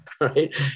Right